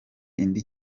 indi